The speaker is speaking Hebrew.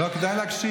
לא, כדאי להקשיב.